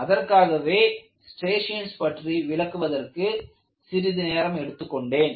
அதற்காகவே நான் ஸ்ட்ரியேஷன்ஸ் பற்றி விளக்குவதற்கு சிறிது நேரம் எடுத்துக் கொண்டேன்